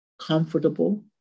comfortable